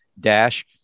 dash